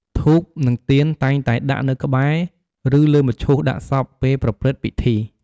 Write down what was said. ធូប និងទៀនតែងតែដាក់នៅក្បែរ ឬលើមឈូសដាក់សពពេលប្រព្រឹត្តិពិធី។